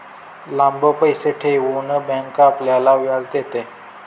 लांब पैसे ठेवून बँक आपल्याला व्याज देते